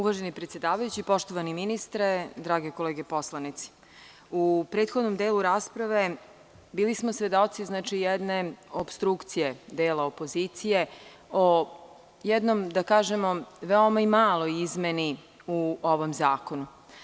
Uvaženi predsedavajući, poštovani ministre, drage kolege poslanici, u prethodnom delu rasprave bili smo svedoci jedne opstrukcije dela opozicije o jednom da kažemo veoma maloj izmeni u ovom zakonu.